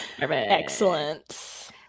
Excellent